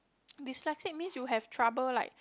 dyslexic means you have trouble like